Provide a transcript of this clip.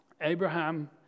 Abraham